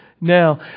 now